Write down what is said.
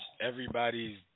everybody's